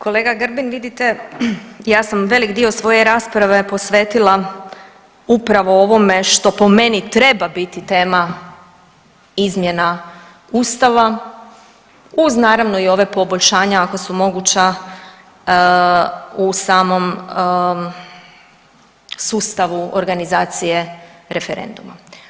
Kolega Grbin, vidite ja sam velik dio svoje rasprave posvetila upravo ovome što po meni treba biti tema izmjena ustava uz naravno i ova poboljšanja ako su moguća u samom sustavu organizacije referenduma.